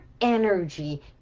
energy